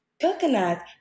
Coconut